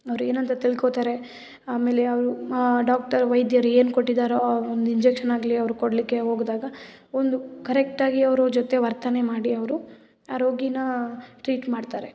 ಅವರೇನಂತ ತಿಳ್ಕೋತಾರೆ ಆಮೇಲೆ ಅವರು ಡಾಕ್ಟರ್ ವೈದ್ಯರು ಏನು ಕೊಟ್ಟಿದ್ದಾರೊ ಆ ಒಂದು ಇಂಜೆಕ್ಷನಾಗಲಿ ಅವ್ರು ಕೊಡಲಿಕ್ಕೆ ಹೋದಾಗ ಒಂದು ಕರೆಕ್ಟಾಗಿ ಅವರು ಜೊತೆ ವರ್ತನೆ ಮಾಡಿ ಅವರು ಆ ರೋಗಿನ ಟ್ರೀಟ್ ಮಾಡ್ತಾರೆ